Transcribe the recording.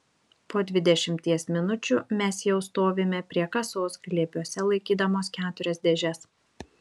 po dvidešimties minučių mes jau stovime prie kasos glėbiuose laikydamos keturias dėžes